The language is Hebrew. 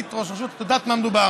היית ראש רשות, את יודעת במה מדובר.